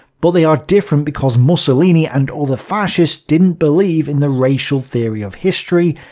but they are different because mussolini and other fascists didn't believe in the racial theory of history,